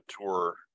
tour